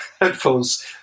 headphones